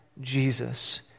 Jesus